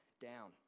down